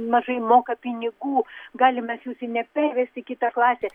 mažai moka pinigų galim mes jūsų nepervest į kitą klasę